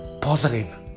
positive